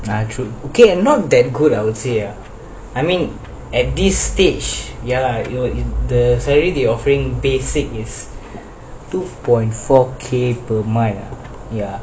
ya true okay not that good I would say uh I mean at this stage ya lah the pay they offering basic is two point four K per month ah ya